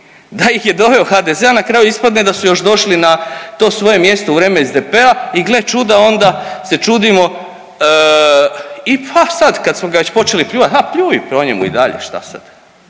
da ih je doveo HDZ, a na kraju ispadne da su još došli na to svoje mjesto u vrijeme SDP-a i gle čuda onda se čudimo i pa sad kad smo ga već počeli pljuvat ha pljuj po njemu i dalje šta sad.